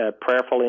prayerfully